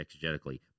exegetically